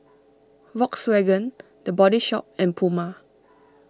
Volkswagen the Body Shop and Puma